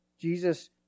Jesus